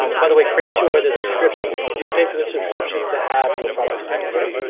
um by the way, cratejoy, the subscription, you you do pay for the subscription to have your products on here.